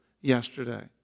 yesterday